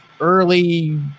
early